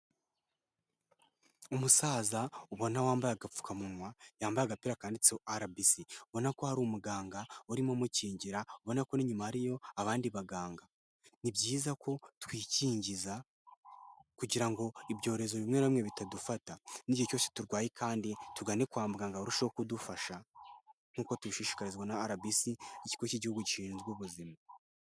Umusaza ubona wambaye agapfukamunwa, yambaye agapira kanditseho RBC,ubona ko hari umuganga urimo umukingira, ubona ko inyuma hariyo abandi baganga, ni byiza ko twikingiza kugira ngo ibyorezo bimwe na bimwe bitadufata, n'igihe cyose turwaye kandi tugane kwa muganga barusheho kudufasha. nkuko dubishishikarizwa na RBC Ikigo cy'igihugu gishinzwe ubuzima.